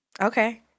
Okay